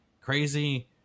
crazy